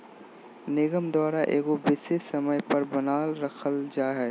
निगम द्वारा एगो विशेष समय पर बनाल रखल जा हइ